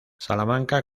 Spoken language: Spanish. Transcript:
salamanca